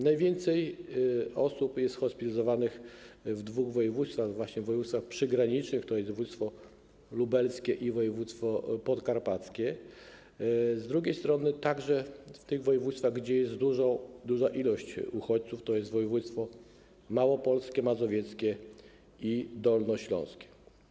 Najwięcej osób jest hospitalizowanych w dwóch województwach, właśnie w województwach przygranicznych, tj. województwie lubelskim i województwie podkarpackim; z drugiej strony także w tych województwach, gdzie jest duża ilość uchodźców, tj. województwach małopolskim, mazowieckim i dolnośląskim.